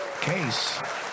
Case